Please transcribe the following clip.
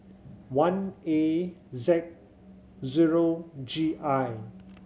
one A Z zero G I